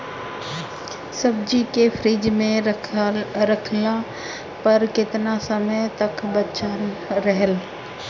सब्जी के फिज में रखला पर केतना समय तक बचल रहेला?